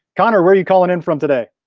connor where are you calling in from today?